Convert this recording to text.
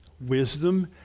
wisdom